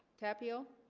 tapio